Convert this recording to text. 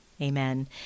Amen